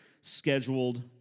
scheduled